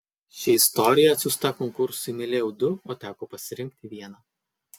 ši istorija atsiųsta konkursui mylėjau du o teko pasirinkti vieną